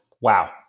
Wow